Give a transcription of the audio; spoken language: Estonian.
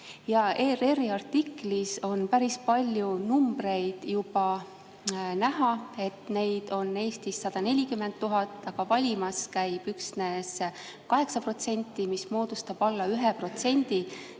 ERR-i artiklis on päris palju numbreid juba näha: neid on Eestis 140 000, aga valimas käib üksnes 8%. See moodustab alla 1%